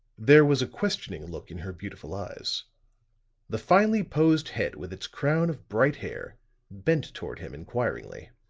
there was a questioning look in her beautiful eyes the finely posed head with its crown of bright hair bent toward him inquiringly.